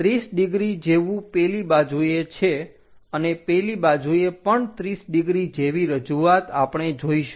30 degree જેવું પેલી બાજુએ છે અને પેલી બાજુએ પણ 30 ડિગ્રી જેવી રજૂઆત આપણે જોઈશું